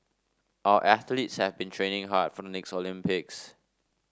our athletes have been training hard for the next Olympics